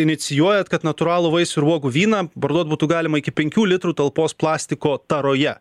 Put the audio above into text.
inicijuojat kad natūralų vaisių ir uogų vyną parduot būtų galima iki penkių litrų talpos plastiko taroje